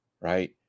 Right